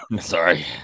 Sorry